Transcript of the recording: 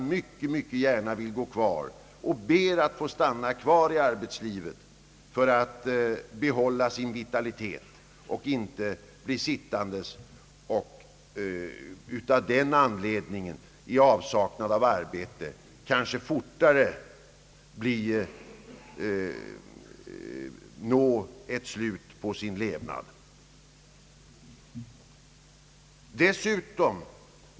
Många vill mycket gärna gå kvar och ber att få stanna i arbetslivet för att behålla sin vitalitet. De vill inte bli sittande och kanske på grund av avsaknad av arbete fortare nå fram till slutet på sin levnad.